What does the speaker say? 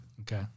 okay